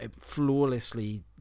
flawlessly